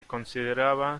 consideraba